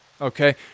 Okay